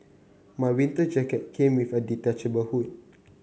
my winter jacket came with a detachable hood